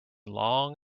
long